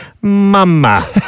Mama